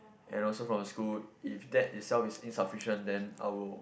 and also from the school if that itself is insufficient then I will